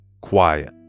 quiet